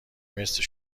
مثل